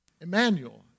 Emmanuel